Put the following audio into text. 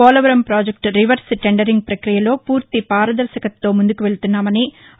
పోలవరం పాజెక్లు reverse tendering ప్రకీయలో పూర్తి పారదర్శకతతో ముందుకు వెళుతున్నామని న్న